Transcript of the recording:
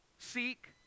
seek